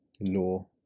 law